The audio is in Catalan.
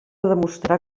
demostrar